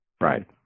Right